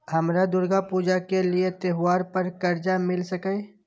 हमरा दुर्गा पूजा के लिए त्योहार पर कर्जा मिल सकय?